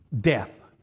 death